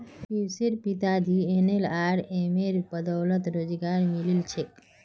पियुशेर पिताजीक एनएलआरएमेर बदौलत रोजगार मिलील छेक